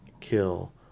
kill